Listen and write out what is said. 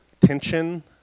tension